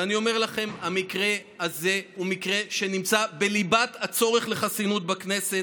ואני אומר לכם: המקרה הזה הוא מקרה שנמצא בליבת הצורך לחסינות בכנסת.